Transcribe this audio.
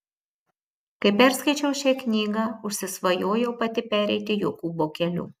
kai perskaičiau šią knygą užsisvajojau pati pereiti jokūbo keliu